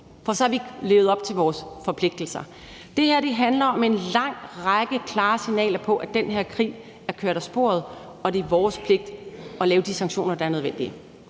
for så har vi ikke levet op til vores forpligtelser. Det her handler om en lang række klare signaler på, at den her krig er kørt af sporet, og det er vores pligt at lave de sanktioner, der er nødvendige.